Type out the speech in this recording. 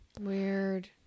Weird